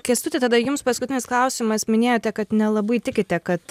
kęstuti tada jums paskutinis klausimas minėjote kad nelabai tikite kad